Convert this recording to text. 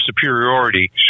superiority